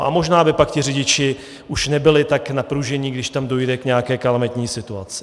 A možná by pak ti řidiči už nebyli tak napružení, když tam dojde k nějaké kalamitní situaci.